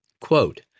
Quote